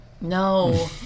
No